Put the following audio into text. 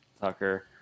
Tucker